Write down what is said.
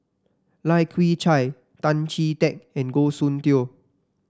Lai Kew Chai Tan Chee Teck and Goh Soon Tioe